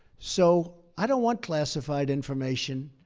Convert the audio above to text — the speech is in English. so i don't want classified information